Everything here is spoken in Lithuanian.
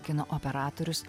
kino operatorius